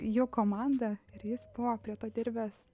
jo komanda ir jis buvo prie to dirbęs